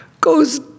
goes